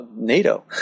NATO